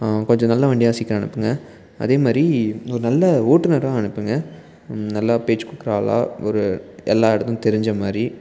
கொஞ்சம் நல்ல வண்டியாக சீக்கிரம் அனுப்புங்க அதே மாதிரி இன்னொரு நல்ல ஓட்டுனராக அனுப்புங்க நல்லா பேச்சு கொடுக்குற ஆளாக ஒரு எல்லா இடமும் தெரிஞ்ச மாதிரி